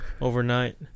overnight